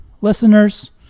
listeners